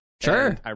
Sure